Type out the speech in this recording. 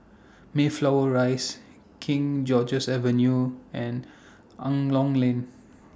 Mayflower Rise King George's Avenue and Angklong Lane